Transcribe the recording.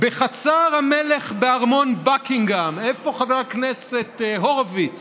"בחצר המלך בארמון בקינגהאם" איפה חבר הכנסת הורוביץ?